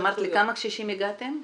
אז לכמה קשישים הגעתם?